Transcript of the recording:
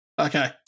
Okay